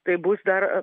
tai bus dar